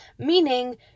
Meaning